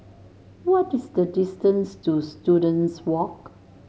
what is the distance to Students Walk